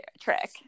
trick